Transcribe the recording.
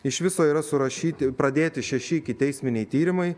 iš viso yra surašyti pradėti šeši ikiteisminiai tyrimai